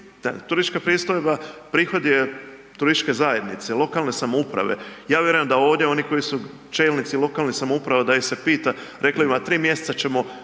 turistička pristojba prihod je turističke zajednice, lokalne samouprave, ja vjerujem da oni koji su čelnici lokalne samouprave da ih se pita rekli bi vam 3 mjeseca ćemo